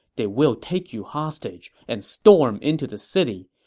they will take you hostage and storm into the city.